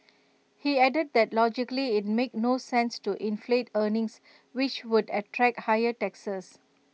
he added that logically IT made no sense to inflate earnings which would attract higher taxes